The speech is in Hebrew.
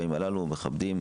בימים הללו מכבדים